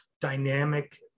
dynamic